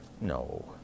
No